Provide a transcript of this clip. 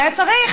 והיה צריך